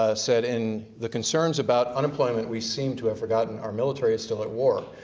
ah said, in the concerns about unemployment, we seem to have forgotten our military is still at war.